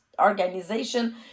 organization